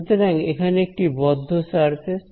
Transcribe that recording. সুতরাং এখানে এটি বদ্ধ সারফেস